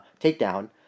takedown